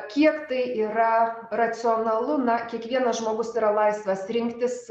kiek tai yra racionalu na kiekvienas žmogus yra laisvas rinktis